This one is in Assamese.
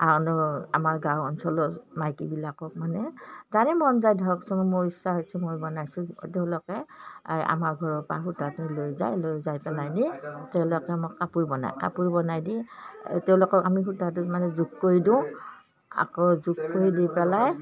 আমাৰ গাঁও অঞ্চলৰ মাইকীবিলাকক মানে যাৰে মন যায় ধৰকচোন মোৰ ইচ্ছা হৈছে মই বনাইছোঁ তেওঁলোকে আমাৰ ঘৰৰপা সূতাটো লৈ যায় লৈ যাই পেলাইহেনি তেওঁলোকে মোক কাপোৰ বনাই কাপোৰ বনাই দি এই তেওঁলোকক আমি সূতাটোত মানে জোখ কৰি দিওঁ আকৌ জোখ কৰি দি পেলাই